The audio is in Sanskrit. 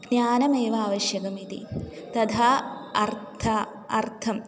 ज्ञानमेव आवश्यकम् इति तथा अर्थः अर्थः